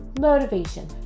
motivation